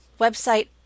website